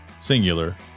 singular